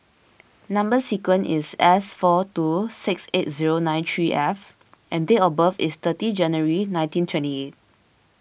Number Sequence is S four two six eight zero nine three F and date of birth is thirty January nineteen twenty eight